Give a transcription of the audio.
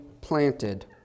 planted